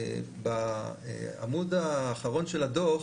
בעמוד האחרון של הדוח